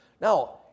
Now